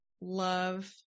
Love